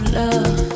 love